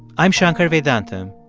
i'm shankar vedantam,